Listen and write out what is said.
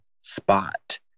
spot